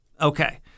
Okay